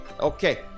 Okay